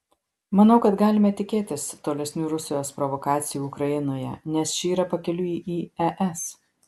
manau kad galime tikėtis tolesnių rusijos provokacijų ukrainoje nes ši yra pakeliui į es